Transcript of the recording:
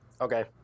Okay